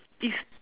is